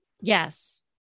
Yes